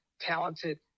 talented